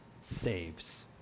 saves